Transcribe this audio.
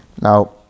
Now